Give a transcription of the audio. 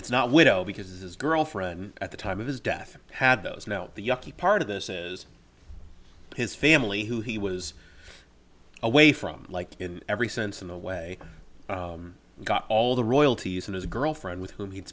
it's not widow because his girlfriend at the time of his death had those no yucky part of this is his family who he was away from like in every sense of the way he got all the royalties and his girlfriend with whom he